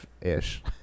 ish